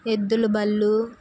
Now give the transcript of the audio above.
ఎద్దులు బళ్ళు